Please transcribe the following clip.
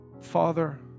Father